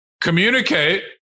communicate